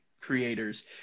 creators